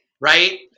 right